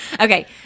Okay